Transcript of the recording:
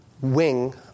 wing